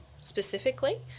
specifically